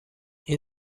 این